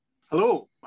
Hello